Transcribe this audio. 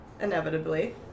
inevitably